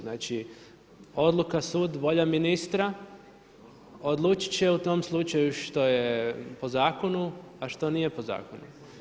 Znači odluka, sud, volja ministra odlučit će u tom slučaju što je po zakonu, a što nije po zakonu.